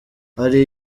hari